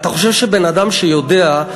אתה חושב שבן-אדם שיודע,